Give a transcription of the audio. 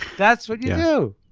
that's what you do.